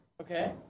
Okay